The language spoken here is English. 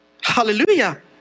Hallelujah